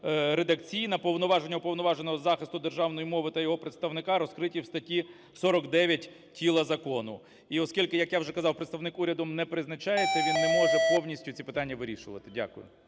повноваження Уповноваженого із захисту державної мови та його представника розкриті в статті 49 тіла закону. І оскільки, як я вже казав, представник урядом не призначається він не може повністю ці питання вирішувати. Дякую.